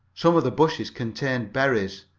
some of the bushes contained berries,